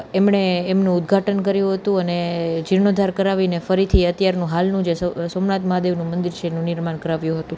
એમણે એમનું ઉદ્ઘાટન કર્યું હતું અને જીર્ણોદ્ધાર કરાવીને ફરીથી અત્યારનું હાલનું જે સોમનાથ મહાદેવનું મંદિર છે એનું નિર્માણ કરાવ્યું હતું